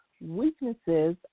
Weaknesses